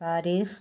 Paris